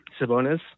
Sabonis